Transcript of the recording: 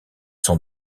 sont